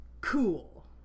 Cool